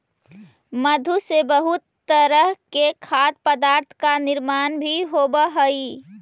मधु से बहुत तरह के खाद्य पदार्थ का निर्माण भी होवअ हई